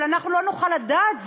אבל אנחנו לא נוכל לדעת זאת,